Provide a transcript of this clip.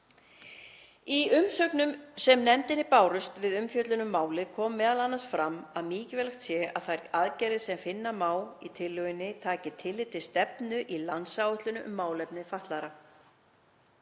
Í umsögnum sem nefndinni bárust við umfjöllun um málið kom m.a. fram að mikilvægt sé að þær aðgerðir sem finna má í tillögunni taki tillit til stefnu í landsáætlun um málefni fatlaðra.